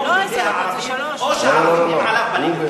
בידי הערבים, או שהערבים הם על הפנים?